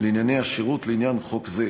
לענייני השירות לעניין חוק זה,